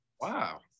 Wow